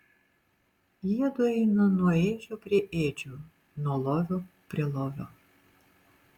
jiedu eina nuo ėdžių prie ėdžių nuo lovio prie lovio